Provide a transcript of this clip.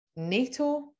NATO